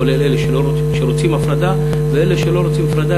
כולל אלה שרוצים הפרדה ואלה שלא רוצים הפרדה,